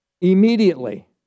immediately